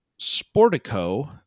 sportico